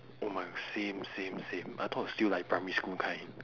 oh my same same same I thought still like primary school kind